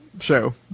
show